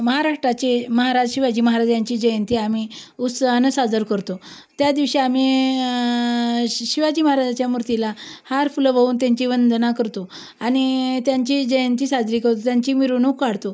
महाराष्ट्राचे महाराज शिवाजी महाराजांची जयंती आम्ही उत्साहानं साजरी करतो त्या दिवशी आम्ही श् शिवाजी महाराजांच्या मूर्तीला हार फुलं वाहून त्यांची वंदना करतो आणि त्यांची जयंती साजरी करतो त्यांची मिरवणूक काढतो